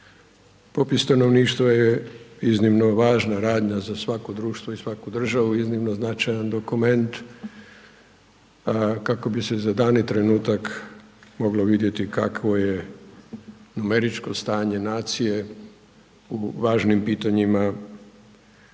popis stanovništva je iznimno važna radnja za svako društvo i svaku državu, iznimno značajan dokument, kako bi se za dani trenutak moglo vidjeti kakvo je numeričko stanje nacije u važnim pitanjima